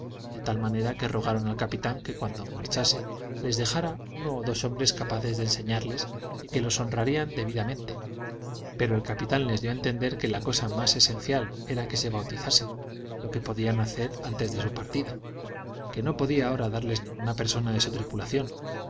de tal manera que rogaron al capitán que cuando marchase les dejara uno o dos hombres capaces de enseñarles y que los honrarían debidamente pero el capitán les dio a entender que la cosa más esencial era que se bautizasen lo que podían hacer antes de su partida que no podía ahora darles ninguna persona de su tripulación